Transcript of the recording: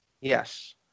Yes